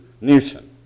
Newton